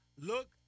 look